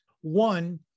One